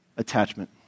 attachment